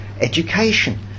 education